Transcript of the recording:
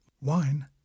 Wine